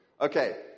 Okay